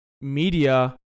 media